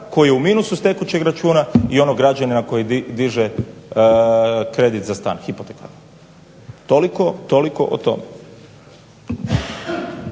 koji je u minusu s tekućeg računa i onog građanina koji diže kredit za stan, hipotekarni. Toliko o tome.